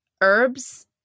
herbs